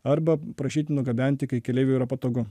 arba prašyti nugabenti kai keleiviui yra patogu